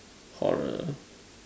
horror